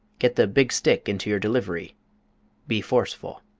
get the big stick into your delivery be forceful.